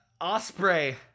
Osprey